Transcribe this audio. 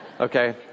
Okay